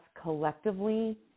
collectively